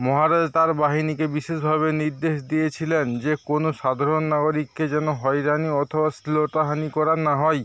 মহারাজা তাঁর বাহিনীকে বিশেষভাবে নির্দেশ দিয়েছিলেন যে কোনও সাধারণ নাগরিককে যেন হয়রানি অথবা শ্লীলতাহানি করা না হয়